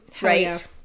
right